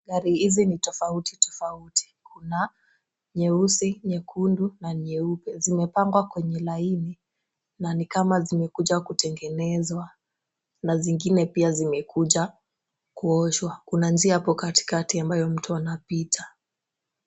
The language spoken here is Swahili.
Gari hizi ni tofauti tofauti. Kuna nyeusi, nyekundu na nyeupe. Zimepangwa kwenye laini na ni kama zimekuja kutengenezwa na zingine pia zimekuja kuoshwa. Kuna njia hapo katikati ambayo mtu anapita.